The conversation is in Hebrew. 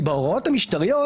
ההוראות המשטריות,